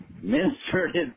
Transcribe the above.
ministered